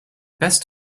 best